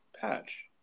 patch